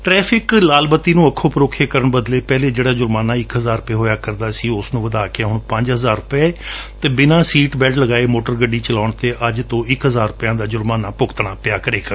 traffic ਲਾਲ ਬੱਤੀ ਨੂੰ ਅੱਖੋਂ ਪਰੋਖੇ ਕਰਣ ਬਦਲੇ ਪਹਿਲਾ ਜਿਹੜਾ ਜੁਰਮਾਨਾ ਇੱਕ ਹਜਾਰ ਰੁਪਏ ਹੋਇਆ ਕਰਦਾ ਸੀ ਉਸ ਨੂੰ ਵਧਾ ਕੇ ਹੁਣ ਪੰਜ ਹਜਾਰ ਰੁਪਏ ਅਤੇ ਬਿਨਾ ਸੀਟ ਬੈਲਟ ਲਗਾਏ ਮੋਟਰ ਗੱਡੀ ਚਲਾਉਣ ਤੇ ਅੱਜ ਤੋਂ ਇੱਕ ਹਜਾਰ ਰੁਪਏ ਦਾ ਜੂਰਮਾਨਾ ਭੁਗਤਣਾ ਪਿਆ ਕਰੇਗਾ